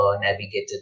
navigated